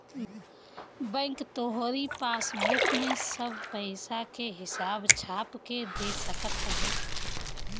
bank तोहरी passbook में सब पईसा के हिसाब छाप के दे सकत हवे